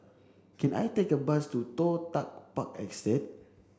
can I take a bus to Toh Tuck Park Estate